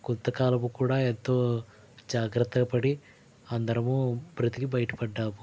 కొంతకాలం కూడా ఎంతో జాగ్రత్తపడి అందరము బ్రతికి బయటపడ్డాం